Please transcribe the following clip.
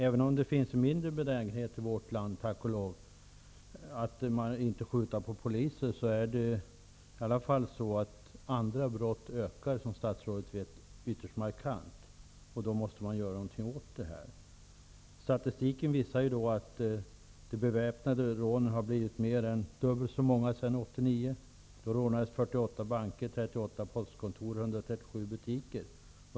Även om benägenheten att skjuta på poliser i vårt land tack och lov är mindre, ökar andra brott, som statsrådet vet, ytterst markant i antal. Man måste då göra något åt detta. Statistiken visar att de beväpnade rånen har blivit mer än dubbelt så många sedan butiker.